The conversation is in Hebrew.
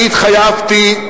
אני התחייבתי,